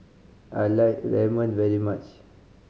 I like Ramen very much